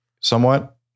somewhat